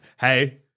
Hey